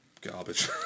garbage